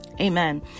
Amen